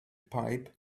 pipe